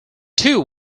two